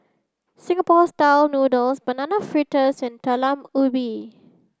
Singapore style noodles banana fritters and Talam Ubi